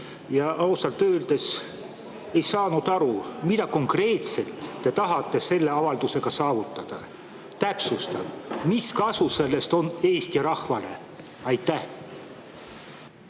ja ausalt öeldes ei saanud aru, mida konkreetselt te tahate selle avaldusega saavutada. Täpsustan: mis kasu on sellest Eesti rahvale?